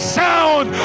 sound